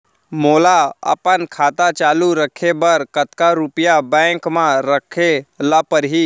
मोला अपन खाता चालू रखे बर कतका रुपिया बैंक म रखे ला परही?